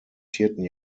vierten